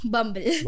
Bumble